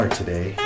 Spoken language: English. today